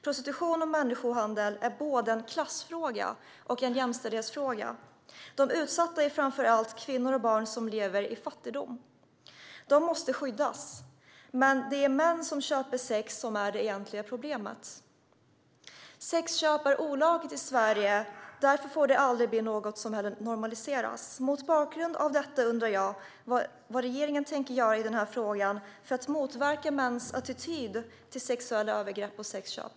Prostitution och människohandel är både en klassfråga och en jämställdhetsfråga. De utsatta är framför allt kvinnor och barn som lever i fattigdom. De måste skyddas. Men det är män som köper sex som är det egentliga problemet. Sexköp är olagligt i Sverige. Därför får det aldrig bli något som normaliseras. Mot bakgrund av detta undrar jag vad regeringen tänker göra i frågan för att motverka mäns attityd till sexuella övergrepp och sexköp.